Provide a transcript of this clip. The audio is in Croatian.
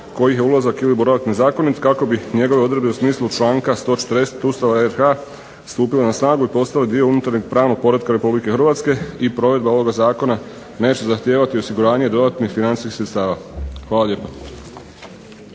kojih je ulazak ili boravak nezakonit kako bi njegove odredbe u smislu članka 140. Ustava RH stupile na snagu i postale dio unutarnjeg pravnog poretka RH i provedba ovoga zakona neće zahtijevati osiguranje i dodatnih financijskih sredstava. Hvala lijepa.